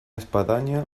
espadaña